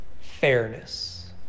fairness